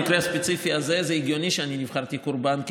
דווקא במקרה הספציפי הזה זה הגיוני שאני נבחרתי כקורבן,